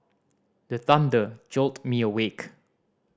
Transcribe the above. the thunder jolt me awake